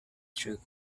truth